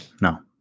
No